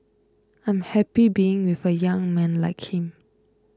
I'm happy being with a young man like him